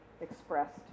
expressed